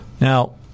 Now